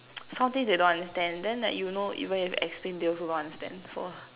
some things they don't understand then like you know even if you explain they also don't understand so